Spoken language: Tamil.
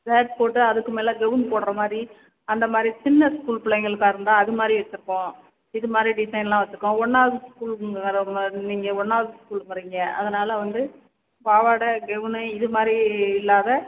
ஷர்ட் போட்டு அதுக்கு மேலே கவுன் போடுற மாதிரி அந்த மாதிரி சின்ன ஸ்கூல் பிள்ளைங்களுக்கா இருந்தால் அது மாதிரி வச்சிருப்போம் இது மாதிரி டிசைன்லாம் வச்சிருக்கோம் ஒன்றாவது ஸ்கூலுக்கு வர வ நீங்கள் ஒன்றாவது ஸ்கூலுக்கு வரீங்க அதனால் வந்து பாவாடை கெவுனு இது மாதிரி இல்லாத